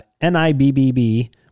NIBBB